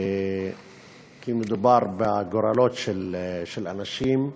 כי מדובר בגורלות של אנשים,